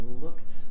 looked